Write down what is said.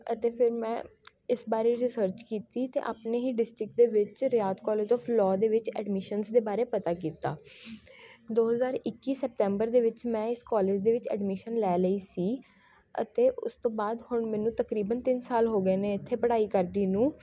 ਅਤੇ ਫਿਰ ਮੈਂ ਇਸ ਬਾਰੇ ਰਿਸਰਚ ਕੀਤੀ ਅਤੇ ਆਪਣੇ ਹੀ ਡਿਸਟਰਿਕਟ ਦੇ ਵਿੱਚ ਰਿਆਤ ਕੋਲੇਜ ਔਫ ਲੋਅ ਦੇ ਵਿੱਚ ਐਡਮਿਸ਼ਨਸ ਦੇ ਬਾਰੇ ਪਤਾ ਕੀਤਾ ਦੋ ਹਜ਼ਾਰ ਇੱਕੀ ਸੈਪਤੈਂਬਰ ਦੇ ਵਿੱਚ ਮੈਂ ਇਸ ਕੋਲੇਜ ਦੇ ਵਿੱਚ ਐਡਮਿਸ਼ਨ ਲੈ ਲਈ ਸੀ ਅਤੇ ਉਸ ਤੋਂ ਬਾਅਦ ਹੁਣ ਮੈਨੂੰ ਤਕਰੀਬਨ ਤਿੰਨ ਸਾਲ ਹੋ ਗਏ ਨੇ ਇੱਥੇ ਪੜ੍ਹਾਈ ਕਰਦੀ ਨੂੰ